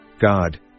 God